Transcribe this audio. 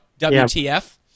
WTF